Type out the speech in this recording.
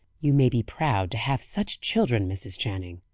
you may be proud to have such children, mrs. channing.